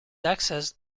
accessed